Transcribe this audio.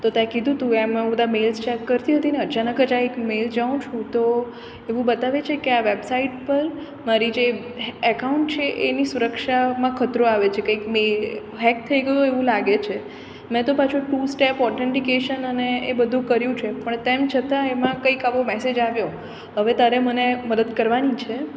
તો તે કીધું હતું એમ હું બધા મેલ્સ ચેક કરતી હતી ને અચાનક જ આ એક મેલ જોઉ છું તો એવું બતાવે છે કે આ વેબસાઇટ પર મારી જે એકાઉન્ટ છે એની સુરક્ષામાં ખતરો આવે છે કંઈક મેં હેક થઈ ગયું હોય એવું લાગે છે મેં તો પાછું ટુ સ્ટેપ ઓથેન્ટિકએશન અને એ બધું કર્યું છે પણ તેમ છતાં એમાં કંઈક આવો મેસેજ આવ્યો હવે તારે મને મદદ કરવાની છે